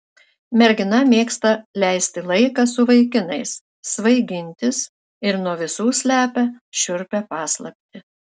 mergina mėgsta leisti laiką su vaikinais svaigintis ir nuo visų slepia šiurpią paslaptį